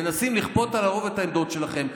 מנסים לכפות על הרוב את העמדות שלכם.